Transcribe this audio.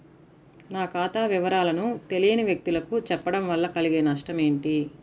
నా ఖాతా వివరాలను తెలియని వ్యక్తులకు చెప్పడం వల్ల కలిగే నష్టమేంటి?